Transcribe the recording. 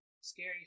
scary